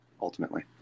ultimately